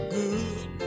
good